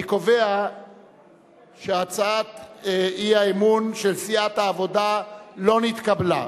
אני קובע שהצעת האי-אמון של סיעת העבודה לא נתקבלה.